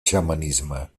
xamanisme